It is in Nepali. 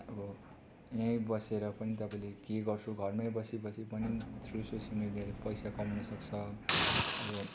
अब यहीँ बसेर पनि तपाईँले केही गर्छु घरमै बसी बसी पनि थ्रू सोसियल मिडियाले पैसा कमाउनु सक्छ अब